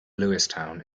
lewistown